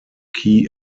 key